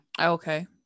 okay